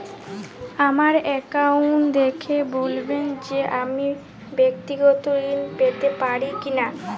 আমার অ্যাকাউন্ট দেখে বলবেন যে আমি ব্যাক্তিগত ঋণ পেতে পারি কি না?